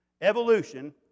Evolution